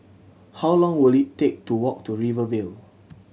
how long will it take to walk to Rivervale